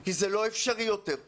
כי זה לא אפשרי יותר.